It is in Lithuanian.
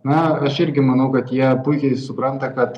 na aš irgi manau kad jie puikiai supranta kad